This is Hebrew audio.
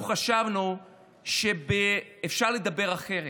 אנחנו חשבנו שאפשר לדבר אחרת,